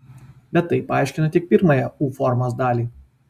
bet tai paaiškina tik pirmąją u formos dalį